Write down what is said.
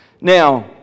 Now